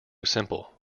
simple